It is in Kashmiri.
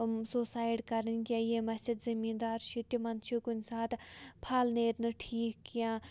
سوسایڈ کَرٕنۍ کینٛہہ یِم اَسہِ زٔمیٖندار چھِ تِمَن چھُ کُنہِ ساتہٕ پھل نیرِ نہٕ ٹھیٖک کینٛہہ